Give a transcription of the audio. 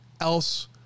else